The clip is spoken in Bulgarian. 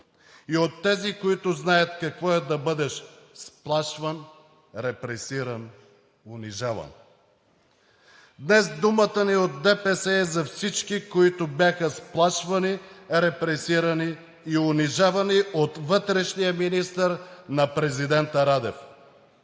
и от тези, които знаят какво е да бъдеш сплашван, репресиран, унижаван. Днес думата ни от ДПС е за всички, които бяха сплашвани, репресирани и унижавани от вътрешния министър на президента Радев